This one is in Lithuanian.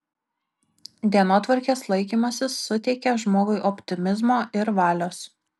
dienotvarkės laikymasis suteikia žmogui optimizmo ir valios